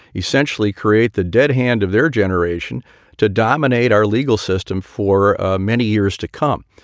essentially create the dead hand of their generation to dominate our legal system for many years to come.